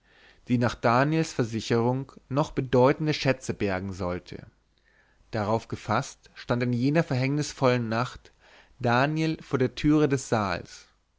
die nach daniels versicherung noch bedeutende schätze bergen sollte darauf gefaßt stand in jener verhängnisvollen nacht daniel vor der türe des saals